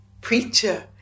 preacher